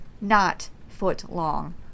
not-foot-long